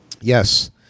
Yes